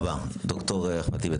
ד"ר אחמד טיבי,